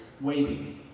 waiting